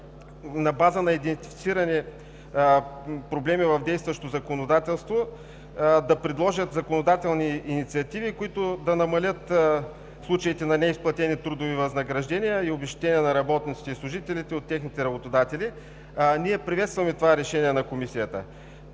на база на идентифицирани проблеми в действащото законодателство, около това да предложат законодателни инициативи, които да намалят случаите на неизплатени трудови възнаграждения и обезщетения на работници и служители от техните работодатели. Ние приветстваме това решение на Комисията.